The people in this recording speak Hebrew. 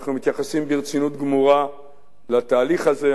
שאנחנו מתייחסים ברצינות גמורה לתהליך הזה.